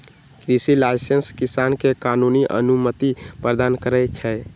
कृषि लाइसेंस किसान के कानूनी अनुमति प्रदान करै छै